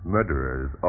Murderers